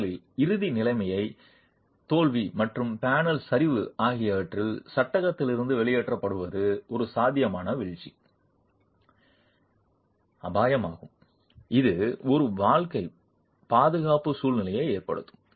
பேனலின் இறுதி நிலைமை தோல்வி மற்றும் பேனலின் சரிவு ஆகியவற்றில் சட்டத்திலிருந்து வெளியேற்றப்படுவது ஒரு சாத்தியமான வீழ்ச்சி அபாயமாகும் இது ஒரு வாழ்க்கை பாதுகாப்பு சூழ்நிலையை ஏற்படுத்தும்